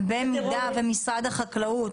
במידה ומשרד החקלאות,